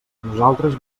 nosaltres